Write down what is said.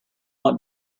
want